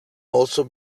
also